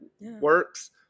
works